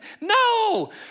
No